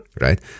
right